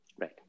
right